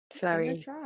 sorry